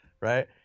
right